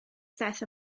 seth